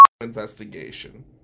investigation